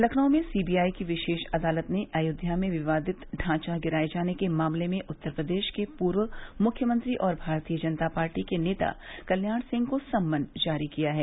लखनऊ में सीबीआई की विशेष अदालत ने अयोध्या में विवादित ढांचा गिराये जाने के मामले में उत्तर प्रदेश के पूर्व मुख्यमंत्री और भारतीय जनता पार्टी के नेता कल्याण सिंह को सम्मन जारी किया है